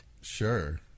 Sure